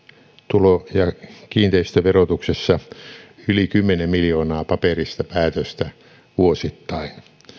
tulo ja kiinteistöverotuksessa yli kymmenen miljoonaa paperista päätöstä vuosittain